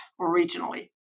originally